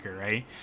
right